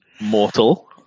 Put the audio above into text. mortal